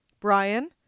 Brian